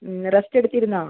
ഉം റസ്റ്റ് എടുത്തിരുന്നോ